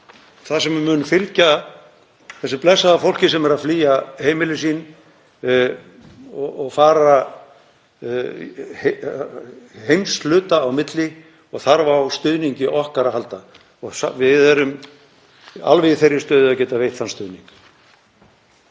það sem mun fylgja þessu blessaða fólki sem er að flýja heimili sín og fara heimshluta á milli og þarf á stuðningi okkar að halda. Við erum alveg í þeirri stöðu að geta veitt þann stuðning.